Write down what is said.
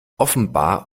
offenbar